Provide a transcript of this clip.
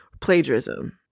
plagiarism